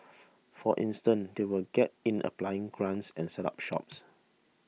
for instance they will get in applying grants and set up shops